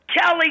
Kelly